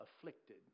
afflicted